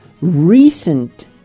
recent